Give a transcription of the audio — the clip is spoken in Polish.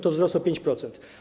To wzrost o 5%.